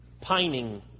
pining